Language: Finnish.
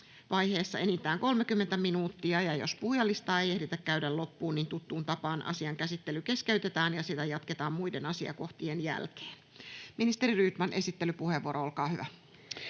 vaiheessa enintään 30 minuuttia. Jos puhujalistaa ei ehditä käydä loppuun, niin tuttuun tapaan asian käsittely keskeytetään ja sitä jatketaan muiden asiakohtien jälkeen. — Ministeri Rydman, esittelypuheenvuoro, olkaa hyvä.